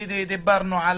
אנחנו דיברנו על